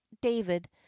David